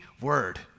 word